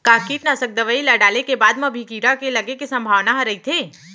का कीटनाशक दवई ल डाले के बाद म भी कीड़ा लगे के संभावना ह रइथे?